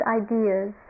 ideas